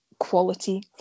quality